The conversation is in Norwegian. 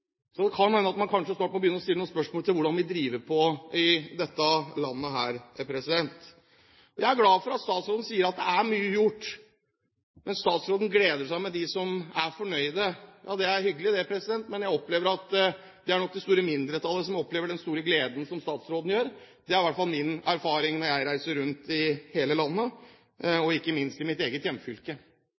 Så det kan være at man kanskje snart må stå opp og begynne stille noen spørsmål om hvordan vi driver på i dette landet. Jeg er glad for at statsråden sier at det er mye gjort. Men statsråden gleder seg med dem som er fornøyde. Det er hyggelig, det, men jeg opplever at det nok er det store mindretallet som opplever den store gleden som statsråden gjør. Det er i hvert fall min erfaring når jeg reiser rundt i hele landet, og ikke minst i mitt eget hjemfylke.